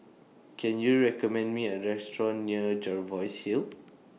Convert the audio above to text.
Can YOU recommend Me A Restaurant near Jervois Hill